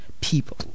people